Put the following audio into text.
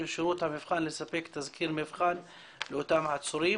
שירות המבחן לספק תזכיר מבחן לאותם עצורים.